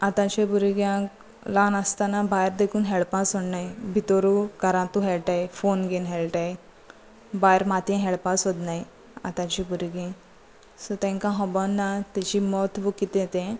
आतांचे भुरग्यांक ल्हान आसतना भायर देखून हेळपा सोडनाय भितरू घरांतू हे फोन घेवन हेळटाय भायर मातये हेळपा सोदनाय आतांची भुरगे सो तेंका हबोन तेची महत्व कितें तें